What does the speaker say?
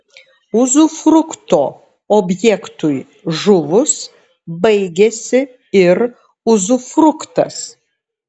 uzufrukto objektui žuvus baigiasi ir uzufruktas